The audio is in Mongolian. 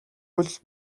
үйлдэл